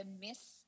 miss